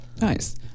nice